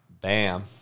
Bam